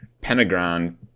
Pentagon